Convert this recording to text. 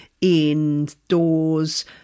indoors